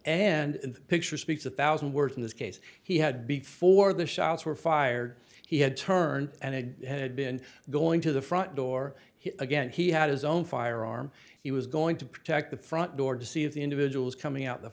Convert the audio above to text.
the picture speaks a thousand words in this case he had before the shots were fired he had turned and it had been going to the front door hit again he had his own firearm he was going to protect the front door to see if the individuals coming out the